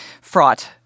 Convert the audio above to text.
fraught